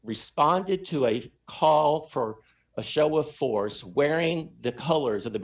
responded to a call for a show of force wearing the colors of the